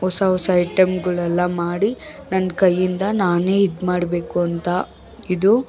ಹೊಸ ಹೊಸ ಐಟಮ್ಗಳೆಲ್ಲ ಮಾಡಿ ನನ್ನ ಕೈಯಿಂದ ನಾನೇ ಇದ್ಮಾಡಬೇಕು ಅಂತ ಇದು